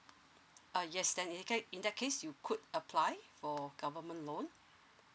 uh yes then in that in that case you could apply for government loan